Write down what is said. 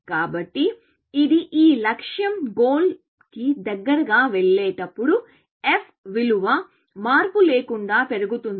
కాబట్టి ఇది ఈ లక్ష్యం గోల్ కి దగ్గరగా వెళ్ళేటప్పుడు f విలువ మార్పు లేకుండా పెరుగుతుంది